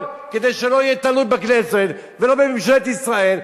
כדי שהוא לא יהיה תלוי בכנסת ולא בממשלת ישראל.